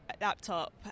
laptop